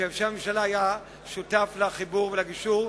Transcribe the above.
שבשם הממשלה היה שותף לחיבור ולגישור.